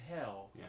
hell